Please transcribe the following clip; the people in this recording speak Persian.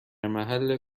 محل